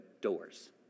doors